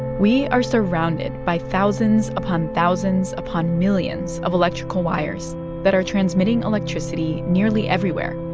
we are surrounded by thousands upon thousands upon millions of electrical wires that are transmitting electricity nearly everywhere.